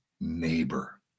neighbor